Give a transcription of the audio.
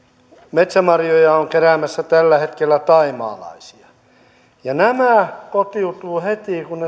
metsämarjoja on keräämässä tällä hetkellä thaimaalaisia ja nämä kotoutuvat heti kun